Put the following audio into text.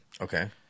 Okay